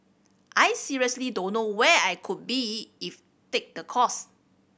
I seriously don't know where I could be if take the course